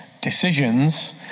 decisions